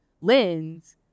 lens